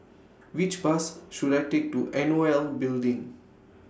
Which Bus should I Take to N O L Building